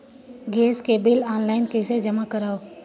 Gas के bill online कइसे जमा करव?